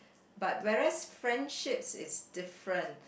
but whereas friendships is different